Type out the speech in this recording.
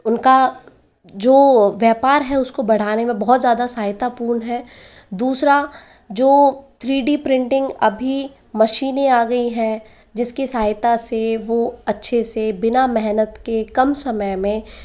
उनका जो व्यापार है उसको बढ़ाने मे बहुत ज्यादा सहायतापूर्ण है दूसरा जो थ्री डी प्रिंटिंग अभी मशीनें आ गई है जिसकी सहायता से वो अच्छे से बिना मेहनत के कम समय में